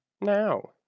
Now